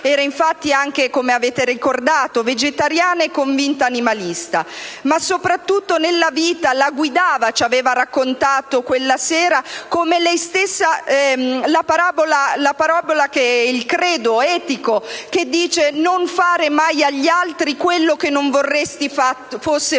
Era infatti anche, come avete ricordato, vegetariana e convinta animalista, ma soprattutto nella vita la guidava - ci aveva raccontato quella sera - il credo etico che recita «non fare mai agli altri quello che non vorresti fosse fatto